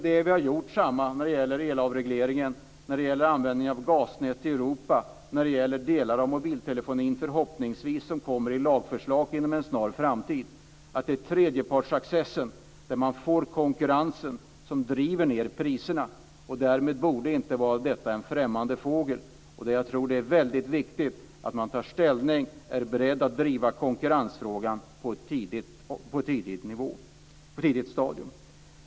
Detsamma har vi sett när det gäller elavregleringen, när det gäller användningen av gasnät i Europa och när det gäller delar av mobiltelefonin, som det förhoppningsvis kommer ett lagförslag om inom en snar framtid. Det är tredjepartsaccessen, att man får denna konkurrens, som driver ned priserna. Därmed borde inte detta vara en främmande fågel. Jag tror att det är väldigt viktigt att man tar ställning och är beredd att driva konkurrensfrågan på ett tidigt stadium.